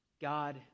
God